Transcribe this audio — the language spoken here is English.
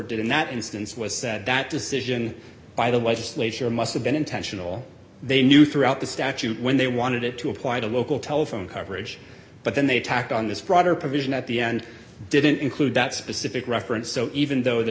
did in that instance was that that decision by the legislature must have been intentional they knew throughout the statute when they wanted it to apply to local telephone coverage but then they tacked on this broader provision at the end didn't include that specific reference so even though the